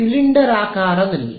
ಸಿಲಿಂಡರಾಕಾರದಲ್ಲಿ